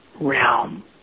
realm